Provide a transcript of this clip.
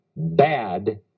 bad